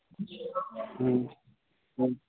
हँ हँ